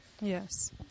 yes